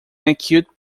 acute